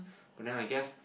but then I guess